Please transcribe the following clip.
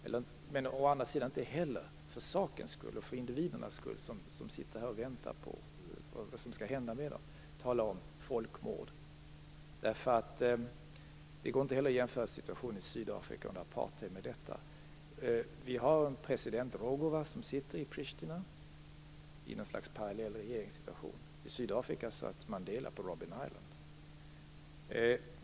Å andra sidan skall vi inte heller, för sakens skull och för de individers skull som väntar på vad som skall hända med dem, tala om folkmord. Det går inte heller att jämföra situationen i Sydafrika och apartheid med detta. I Pristina sitter president Rugova i något slags parallell regering. I Sydafrika satt Mandela på Robin Island.